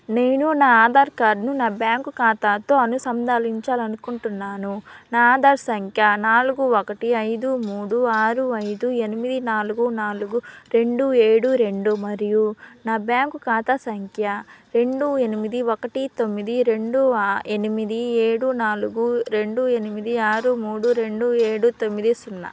నేను నా ఆధార్ కార్డ్ను నా బ్యాంకు ఖాతాతో అనుసంధానించాలి అనుకుంటున్నాను నా ఆధార్ సంఖ్య నాలుగు ఒకటి ఐదు మూడు ఆరు ఐదు ఎనిమిది నాలుగు నాలుగు రెండు ఏడు రెండు మరియు నా బ్యాంకు ఖాతా సంఖ్య రెండు ఎనిమిది ఒకటి తొమ్మిది రెండు ఆ ఎనిమిది ఏడు నాలుగు రెండు ఎనిమిది ఆరు మూడు రెండు ఏడు తొమ్మిది సున్నా